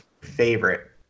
favorite